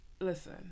listen